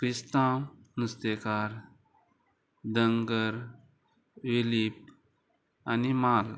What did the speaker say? क्रिस्तांव नुस्तेकार धनगर वेळीप आनी माल